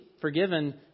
forgiven